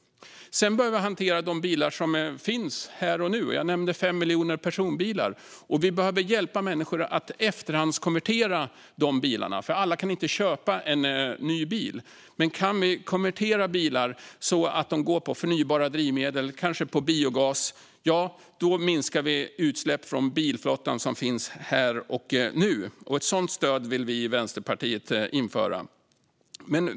Sedan behöver vi hantera de bilar som finns här och nu. Jag nämnde att det finns 5 miljoner personbilar. Vi behöver hjälpa till att efterhandskonvertera de bilarna. Alla kan inte köpa en ny bil. Kan vi konvertera bilar så att de går på förnybara drivmedel, kanske på biogas, minskar vi utsläpp från bilflottan som finns här och nu. Ett sådant stöd vill vi i Vänsterpartiet införa.